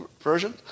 version